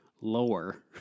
lower